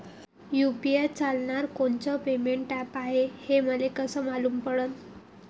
UPI चालणारं कोनचं payment app हाय, हे मले कस मालूम पडन?